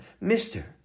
mister